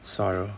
sorrow